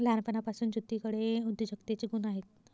लहानपणापासून ज्योतीकडे उद्योजकतेचे गुण आहेत